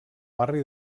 barri